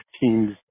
teams